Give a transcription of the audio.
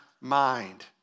mind